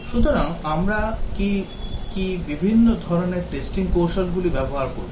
সুতরাং আমরা কী কী বিভিন্ন ধরণের testing কৌশলগুলি ব্যবহার করব